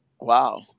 Wow